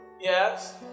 Yes